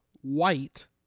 white